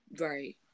Right